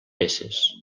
peces